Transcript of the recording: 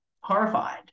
horrified